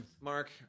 Mark